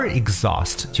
exhaust